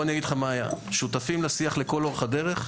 אני אגיד לך מה היה: שותפים לשיח לכל אורך הדרך,